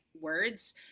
words